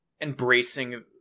embracing